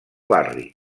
barri